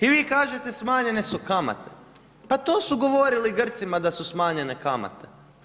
I vi kažete smanjene su kamate, pa to su govorili Grcima da su smanjene kamate.